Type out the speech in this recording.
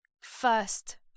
first